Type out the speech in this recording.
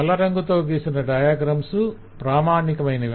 నల్ల రంగుతో గీసిన డయాగ్రమ్స్ ప్రామాణికమైనవి